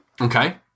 Okay